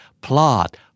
plot